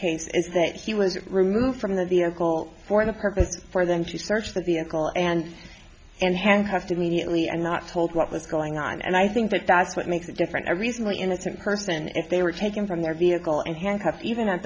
case is that he was removed from the vehicle for the purpose for them to search that the ankle and and handcuffed to mediately and not told what was going on and i think that that's what makes it different i recently innocent person if they were taken from their vehicle and handcuffed even at